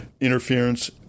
interference